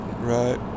Right